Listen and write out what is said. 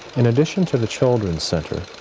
in addition to the children's center,